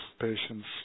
patient's